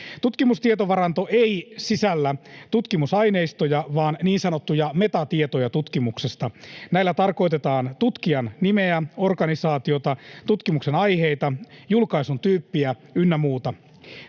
työlästä. Tutkimustietovaranto ei sisällä tutkimusaineistoja vaan niin sanottuja metatietoja tutkimuksesta. Näillä tarkoitetaan tutkijan nimeä, organisaatiota, tutkimuksen aiheita, julkaisun tyyppiä ynnä muuta.